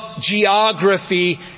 geography